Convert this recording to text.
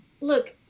look